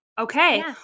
Okay